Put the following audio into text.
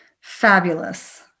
Fabulous